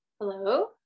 Hello